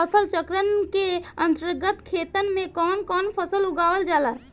फसल चक्रण के अंतर्गत खेतन में कवन कवन फसल उगावल जाला?